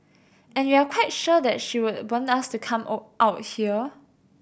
and we're quite sure that she would want us to come out here